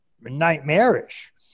nightmarish